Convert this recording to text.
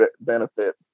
benefit